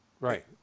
Right